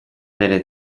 delle